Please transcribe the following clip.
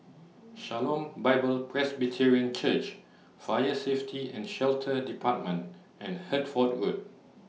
Shalom Bible Presbyterian Church Fire Safety and Shelter department and Hertford Road